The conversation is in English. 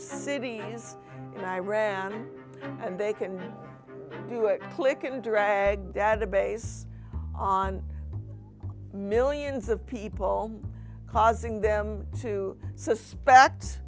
cities in iran and they can do it click and drag database on millions of people causing them to suspect